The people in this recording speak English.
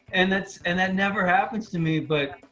and that's and that never happens to me, but,